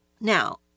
Now